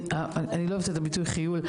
אני לא אוהבת את הביטוי "חיול",